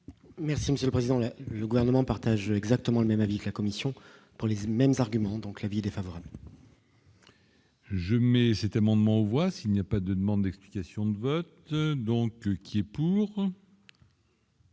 monsieur le président, le gouvernement partage exactement le même avis que la Commission pour les mêmes arguments, donc l'avis défavorable. J'aimais, c'était amendement on voit s'il n'y a pas de demande d'explications de vote, donc qui est pour.